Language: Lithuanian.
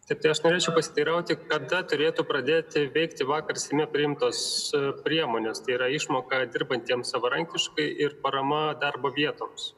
tiktai aš norėčiau pasiteirauti kada turėtų pradėti veikti vakar seime priimtos priemonės tai yra išmoka dirbantiem savarankiškai ir parama darbo vietoms